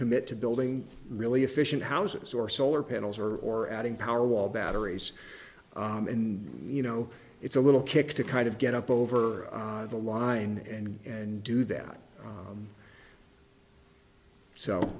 commit to building really efficient houses or solar panels or or adding power wall batteries and you know it's a little kick to kind of get up over the line and and do that